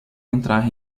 entrar